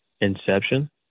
Inception